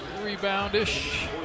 rebound-ish